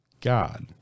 God